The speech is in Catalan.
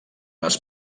les